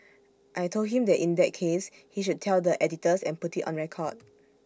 I Told him that in that case he should tell the editors and put IT on record